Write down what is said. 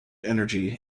energy